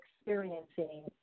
experiencing